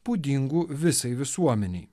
būdingų visai visuomenei